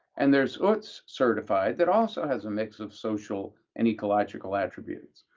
and there's utz certified that also has a mix of social and ecological attributes.